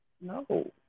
No